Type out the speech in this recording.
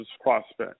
prospect